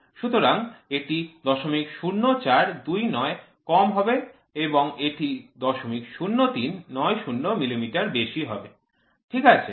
সুতরাং এটি ০০৪২৯ কম হবে এবং এটি ০০৩৯০ মিলিমিটার বেশি হবে ঠিক আছে